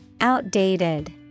Outdated